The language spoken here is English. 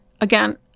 Again